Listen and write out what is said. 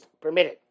permitted